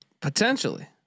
Potentially